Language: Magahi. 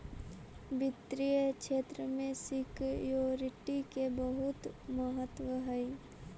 वित्तीय क्षेत्र में सिक्योरिटी के बहुत महत्व हई